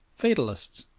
fatalists!